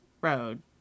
road